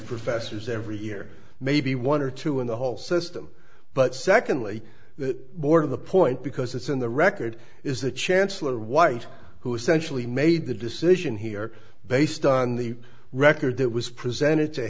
professors every year maybe one or two in the whole system but secondly that more the point because it's in the record is the chancellor white who essentially made the decision here based on the record that was presented to